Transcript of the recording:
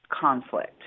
conflict